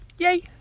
Yay